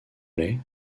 laye